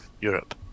Europe